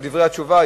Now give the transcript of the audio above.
בדברי התשובה,